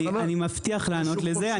אני מבטיח לענות על זה.